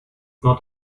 not